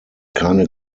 keine